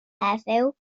heddiw